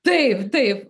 taip taip